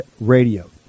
Radio